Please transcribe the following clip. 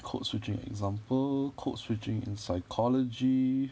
code switching example code switching in psychology